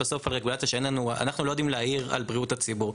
אנו לא יודעים להעיר על בריאות הציבור.